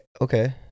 okay